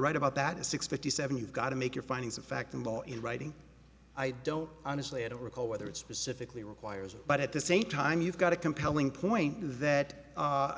right about that a six fifty seven you've got to make your findings of fact in law in writing i don't honestly i don't recall whether it's specifically requires but at the same time you've got a compelling point that